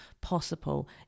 possible